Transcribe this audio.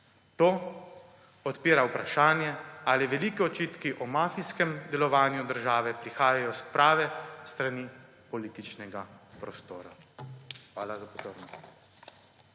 To odpira vprašanje, ali veliki očitki o mafijskem delovanju države prihajajo s prave strani političnega prostora. Hvala za pozornost.